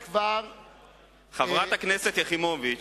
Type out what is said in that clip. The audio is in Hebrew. חברת הכנסת יחימוביץ